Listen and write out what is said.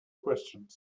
questions